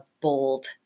bold